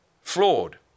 flawed